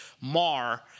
mar